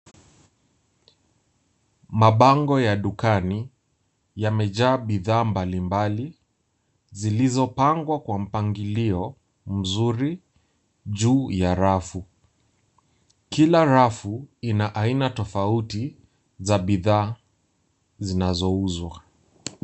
Mabango ya dukani yamejaa bidhaa mbali mbali zilizopangwa kwa mpangilio mzuri juu ya rafu. Kila rafu ina aina tafauti za bidhaa zinazouzwa.